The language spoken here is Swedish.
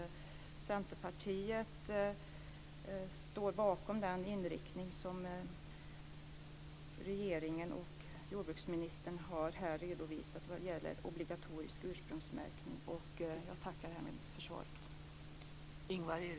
Centerpartiet står bakom regeringens inriktning som jordbruksministern här har redovisat vad gäller obligatorisk ursprungsmärkning. Jag tackar härmed för svaret.